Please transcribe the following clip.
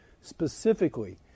Specifically